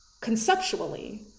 conceptually